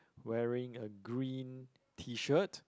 wearing a green Tshirt